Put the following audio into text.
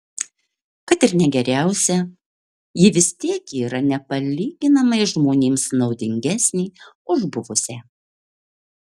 kad ir ne geriausia ji vis tiek yra nepalyginamai žmonėms naudingesnė už buvusią